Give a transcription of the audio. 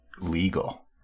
legal